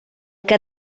que